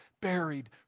buried